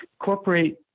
incorporate